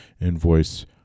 invoice